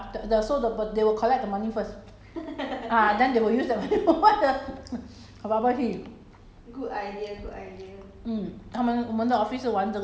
will come in or not no come then 他们就会 who will bet what ah the the so the but they will collect the money first uh then they will use the money to buy the bubble tea